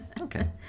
Okay